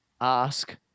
ask